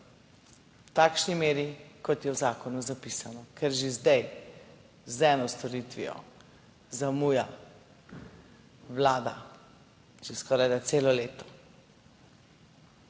v takšni meri kot je v zakonu zapisano, ker že zdaj z eno storitvijo zamuja Vlada že skorajda celo leto,